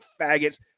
faggots